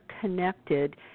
connected